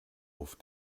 auf